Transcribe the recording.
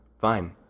Fine